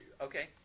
okay